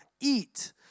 eat